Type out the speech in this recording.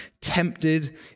tempted